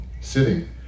sitting